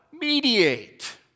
Mediate